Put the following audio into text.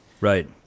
Right